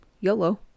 YOLO